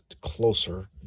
closer